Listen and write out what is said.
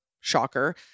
shocker